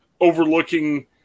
overlooking